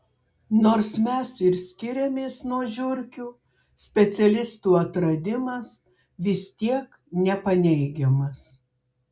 nors mes ir skiriamės nuo žiurkių specialistų atradimas vis tiek nepaneigiamas